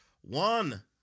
One